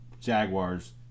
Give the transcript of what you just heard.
Jaguars